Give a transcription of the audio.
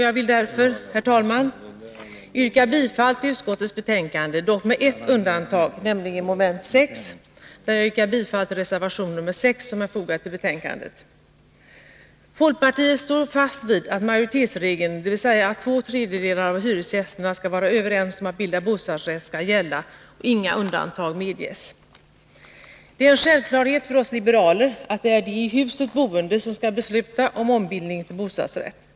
Jag vill därför, herr talman, yrka bifall till utskottets hemställan, dock med ett undantag, nämligen mom. 6, där jag yrkar bifall till reservation nr 6, som är fogad till betänkandet. Folkpartiet står fast vid att majoritetsregeln, dvs. att två tredjedelar av hyresgästerna skall vara överens om att bilda bostadsrätt, skall gälla och inga undantag medges. Det är en självklarhet för oss liberaler att det är de i huset boende som skall besluta om ombildning till bostadsrätt.